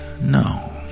No